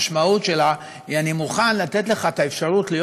המשמעות שלה היא: אני מוכן לתת לך את האפשרות להיות